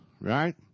right